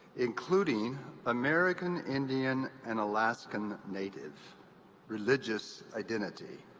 including american indian and alaskan native religious identity.